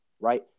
right